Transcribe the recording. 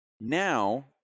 Now